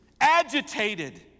agitated